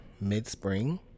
mid-spring